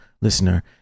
listener